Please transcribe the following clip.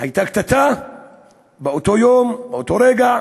הייתה קטטה באותו יום, באותו רגע,